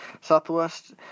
Southwest